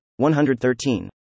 113